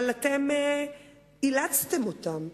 אבל אתם אילצתם אותם,